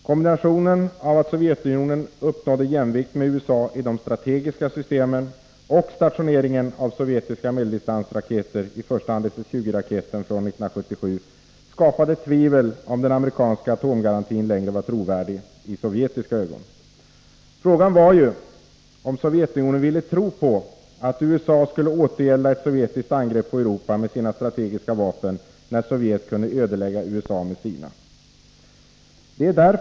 Kombinationen av att Sovjetunionen uppnådde jämvikt med USA i de strategiska systemen och stationeringen av sovjetiska medeldistansraketer, i första hand SS-20 raketen från 1977, skapade tvivel om huruvida den amerikanska atomgarantin längre var trovärdig i sovjetiska ögon. Frågan var om Sovjetunionen ville tro på att USA skulle återgälda ett sovjetiskt angrepp på Europa med sina strategiska vapen när Sovjet kunde ödelägga USA med sina. Herr talman!